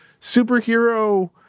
superhero